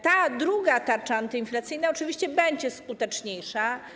Ta druga tarcza antyinflacyjna oczywiście będzie skuteczniejsza.